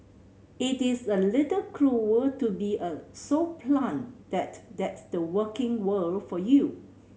it is a little cruel to be a so blunt that that's the working world for you